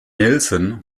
nilsson